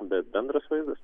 bet bendras vaizdas tai